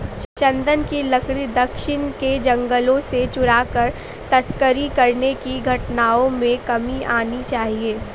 चन्दन की लकड़ी दक्षिण के जंगलों से चुराकर तस्करी करने की घटनाओं में कमी आनी चाहिए